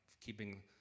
keeping